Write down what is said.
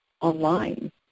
online